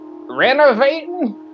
renovating